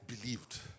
believed